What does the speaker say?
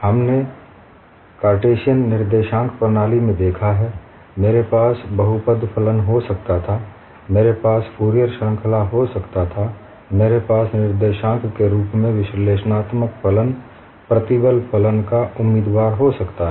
हमने कार्टेशियन निर्देशांक प्रणाली में देखा है मेरे पास बहुपद फलन हो सकता था मेरे पास फूरियर श्रृंखला हो सकता था मेरे पास निर्देशांक के रुप में विश्लेषणात्मक फलन प्रतिबल फलन का उम्मीदवार हो सकता है